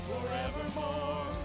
forevermore